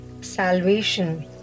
salvation